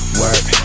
work